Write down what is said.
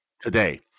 today